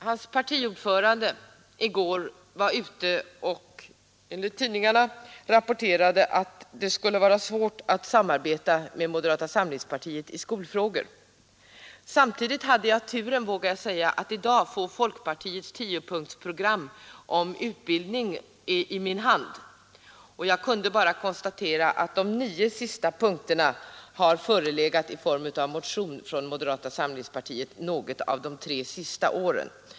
Hans partiordförande sade i går enligt tidningarna att det skulle vara svårt att samarbeta med moderata samlingspartiet i skolfrågor. Jag hade turen, vågar jag säga, att i dag få folkpartiets tiopunktsprogram om utbildning i min hand. Jag kunde då konstatera att de nio sista punkterna i det har tagits upp i motioner från moderata samlingspartiet något av de tre senaste åren.